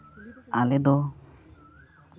ᱟᱞᱮ ᱫᱚ